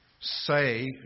say